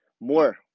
more